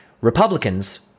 Republicans